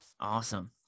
awesome